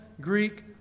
Greek